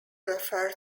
refer